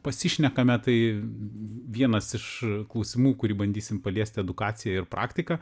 pasišnekame tai vienas iš klausimų kurį bandysim paliesti edukaciją ir praktiką